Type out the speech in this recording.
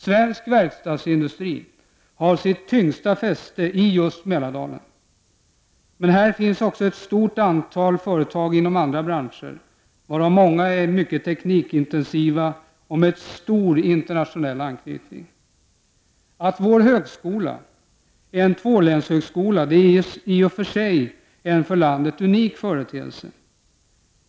Svensk verkstadsindustri har sitt tyngsta fäste i just Mälardalen, men här finns också ett stor antal företag inom andra branscher varav många är teknikintensiva och med en stor internationell anknytning. Att högskolan är en tvålänshögskola är i sig en för landet en unik företeelse.